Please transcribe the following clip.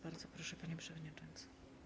Bardzo proszę, panie przewodniczący.